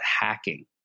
hacking